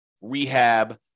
rehab